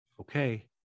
okay